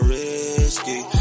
risky